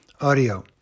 audio